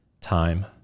time